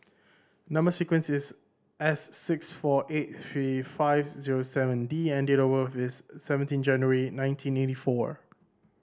number sequence is S six four eight three five zero seven D and date of birth is seventeen January nineteen eighty four